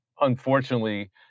unfortunately